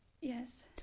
Yes